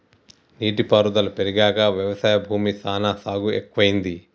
నీటి పారుదల పెరిగాక వ్యవసాయ భూమి సానా సాగు ఎక్కువైంది